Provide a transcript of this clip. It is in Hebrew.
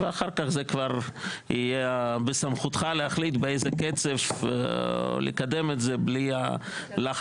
ואחר כך זה כבר יהיה בסמכותך להחליט באיזה קצב לקדם את זה בלי לחץ